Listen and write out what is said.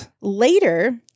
Later